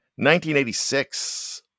1986